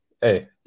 hey